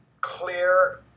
clear